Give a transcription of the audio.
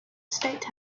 state